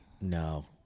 No